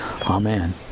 amen